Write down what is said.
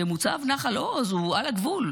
שמוצב נחל עוז הוא על הגבול,